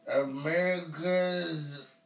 America's